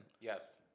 Yes